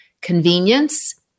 convenience